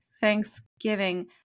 Thanksgiving